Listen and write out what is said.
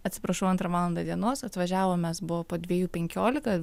atsiprašau antrą valandą dienos atvažiavom mes buvo po dviejų penkiolika